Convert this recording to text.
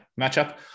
matchup